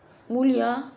mulia